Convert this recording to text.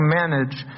manage